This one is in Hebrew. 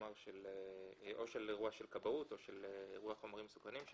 כאשר מגיעה הרשות או לאירוע של כבאות או לאירוע של חומרים מסוכנים.